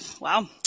Wow